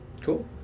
Cool